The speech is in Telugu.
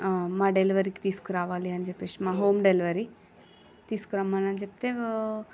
మా డెలివరీకి తీసుకురావాలని చెప్పి మా హోమ్ డెలివరీ తీసుకురమ్మని చెప్తే